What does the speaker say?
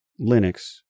Linux